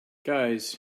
guys